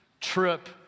trip